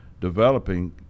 developing